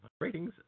ratings